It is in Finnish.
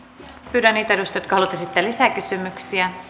pyydän niitä edustajia jotka haluavat esittää lisäkysymyksiä